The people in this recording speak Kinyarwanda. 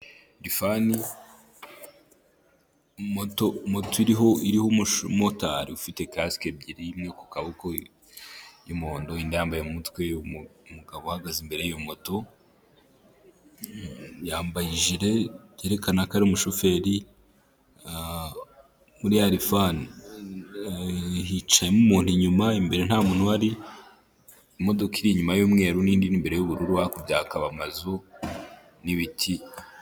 Arifani moto iriho umumotari ufite kasike ebyiri, imwe ku kaboko y'umuhondo indi yambaye mutwe ,umugabo uhagaze imbere y'iyo moto yambaye ijire yerekana ko ari umushoferi muri arifani ( alfan ) hicayemo umuntu inyuma, imbere nta muntu uhari ,imodoka iri inyuma y'umweru n'indi iri imbere y'ubururu hakurya hakaba amazu n'ibiti.